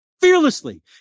fearlessly